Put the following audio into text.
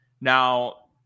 Now